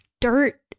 dirt